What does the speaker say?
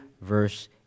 verse